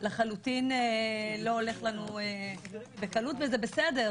לחלוטין לא הולך לנו בקלות וזה בסדר,